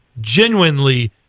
genuinely